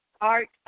art